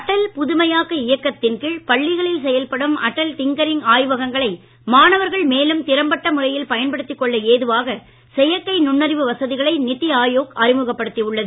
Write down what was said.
அடல் புதுமையாக்க இயக்கத்தின் கீழ் பள்ளிகளில் செயல்படும் அடல் டிங்கரிங் ஆய்வகங்களை மாணவர்கள் மேலும் திறம்பட்ட முறையில் பயன்படுத்தி கொள்ள ஏதுவாக செயற்கை நுண்ணறிவு வசதிகளை நிதி ஆயோக் அறிமுகப்படுத்தி உள்ளது